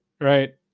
right